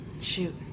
Shoot